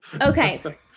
Okay